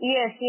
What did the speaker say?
Yes